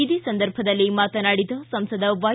ಇದೇ ಸಂದರ್ಭದಲ್ಲಿ ಮಾತನಾಡಿದ ಸಂಸದ ವೈ